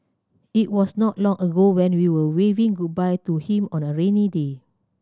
it was not long ago when we were waving goodbye to him on a rainy day